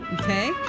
Okay